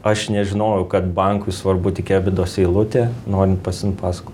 aš nežinojau kad bankui svarbu tikebidos eilutė norint pasiimt paskolą